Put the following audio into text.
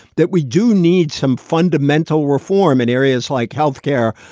that we do need some fundamental reform in areas like health care,